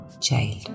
child